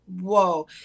whoa